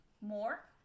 more